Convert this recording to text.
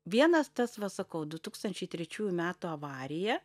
vienas tas va sakau du tūkstančiai trečiųjų metų avarija